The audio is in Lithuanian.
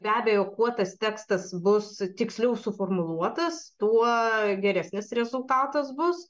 be abejo kuo tas tekstas bus tiksliau suformuluotas tuo geresnis rezultatas bus